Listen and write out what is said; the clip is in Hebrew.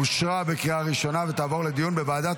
אושרה בקריאה ראשונה ותעבור לדיון בוועדת